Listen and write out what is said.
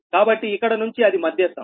కాబట్టి ఇక్కడ నుంచి అది మధ్యస్తం